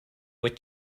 with